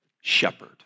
shepherd